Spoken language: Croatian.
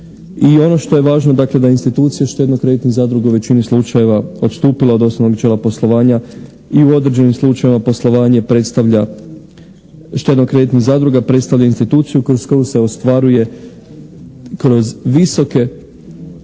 i ono što je važno dakle da je institucija štedno-kreditne zadruge u većini slučajeva odstupila od osnovnog načela poslovanja i u određenim slučajevima poslovanje predstavlja štedno-kreditnih zadruga predstavlja instituciju kroz koju se ostvaruje kroz visoke,